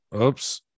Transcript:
oops